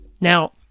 Now